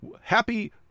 happy